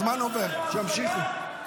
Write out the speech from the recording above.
הפטרונים האשכנזים --- אני מחכה.